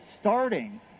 starting